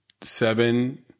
seven